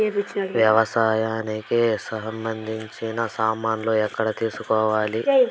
వ్యవసాయానికి సంబంధించిన సామాన్లు ఎక్కడ తీసుకోవాలి?